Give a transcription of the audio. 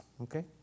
Okay